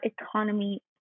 economy